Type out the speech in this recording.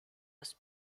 los